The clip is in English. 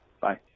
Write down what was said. Bye